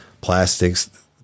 plastics